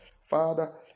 father